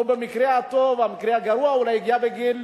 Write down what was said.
במקרה הטוב, במקרה הגרוע הוא הגיע בגיל